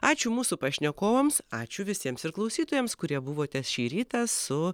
ačiū mūsų pašnekovams ačiū visiems ir klausytojams kurie buvote šį rytą su